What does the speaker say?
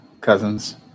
Cousins